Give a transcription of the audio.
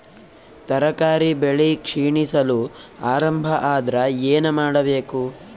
ತರಕಾರಿ ಬೆಳಿ ಕ್ಷೀಣಿಸಲು ಆರಂಭ ಆದ್ರ ಏನ ಮಾಡಬೇಕು?